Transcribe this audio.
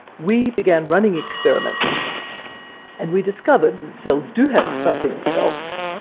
we began running experiments and we discovered cells do have something else.